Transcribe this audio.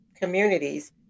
communities